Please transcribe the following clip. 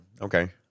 Okay